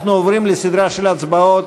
אנחנו עוברים לסדרה של הצבעות